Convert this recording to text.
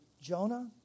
Jonah